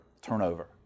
turnover